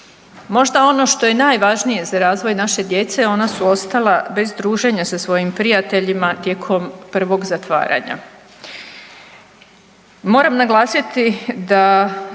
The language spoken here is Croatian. Možda ono što je i najvažnije za razvoj naše djece, ona su ostala bez druženja sa svojim prijateljima tijekom prvog zatvaranja. Moram naglasiti da